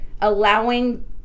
allowing